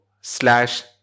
slash